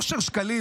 אושר שקלים,